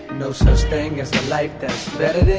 no such thing as a life that's better than